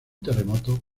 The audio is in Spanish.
terremoto